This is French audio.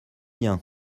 bien